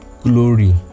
glory